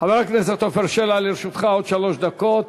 חבר הכנסת עפר שלח, לרשותך עוד שלוש דקות.